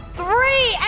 three